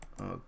Okay